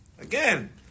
Again